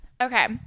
Okay